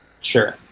Sure